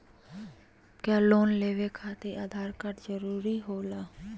क्या लोन लेवे खातिर आधार कार्ड जरूरी होला?